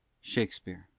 Shakespeare